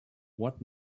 what